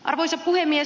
arvoisa puhemies